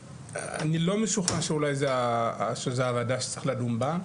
אני לא משוכנע שאולי זה הוועדה שצריך לדון בה.